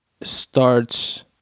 starts